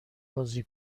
بازی